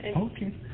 Okay